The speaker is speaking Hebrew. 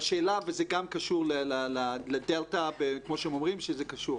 וזה גם קשור לדלתא, כמו שהם אומרים שזה קשור.